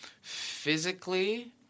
Physically